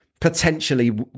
potentially